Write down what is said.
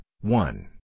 one